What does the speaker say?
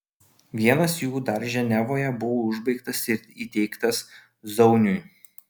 vienas jų dar ženevoje buvo užbaigtas ir įteiktas zauniui